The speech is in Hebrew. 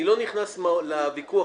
אני לא נכנס לוויכוח,